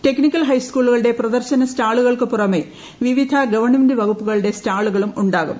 technical ഹൈസ്കൂളുകളുടെ പ്രദർശന സ്റ്റാളുകൾക്ക് പുറമെ വിവിധ ഗവൺമെന്റ് വകുപ്പുകളുടെ സ്റ്റാളുകളും ഉണ്ടാകും